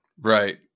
Right